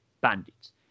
bandits